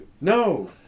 No